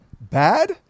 bad